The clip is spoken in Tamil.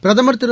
பிரதமர் திரு